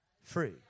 free